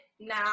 now